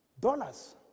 dollars